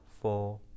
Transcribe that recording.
four